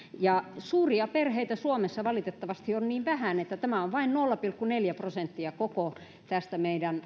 suuria perheitä suomessa valitettavasti on niin vähän että tämä on vain nolla pilkku neljä prosenttia koko tästä meidän